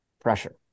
pressure